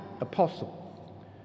apostle